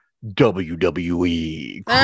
wwe